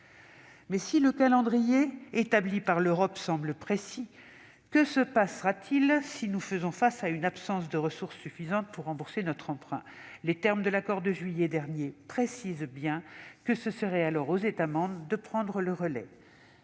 Si le calendrier établi par l'Europe semble précis, que se passera-t-il si nous faisons face à une absence de ressources suffisantes pour rembourser notre emprunt ? Les termes de l'accord de juillet dernier précisent bien que ce serait alors aux États membres de prendre le relais.